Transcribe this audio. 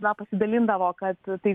na pasidalindavo kad tai